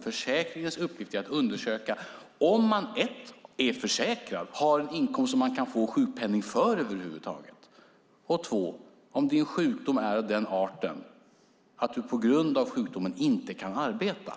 Försäkringens uppgift är att undersöka om du 1. är försäkrad, har en inkomst som du kan få sjukpenning för över huvud taget och 2. om din sjukdom är av den arten att du på grund av sjukdomen inte kan arbeta.